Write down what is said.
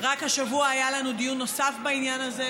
רק השבוע היה לנו דיון נוסף בעניין הזה,